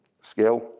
skill